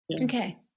Okay